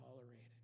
tolerated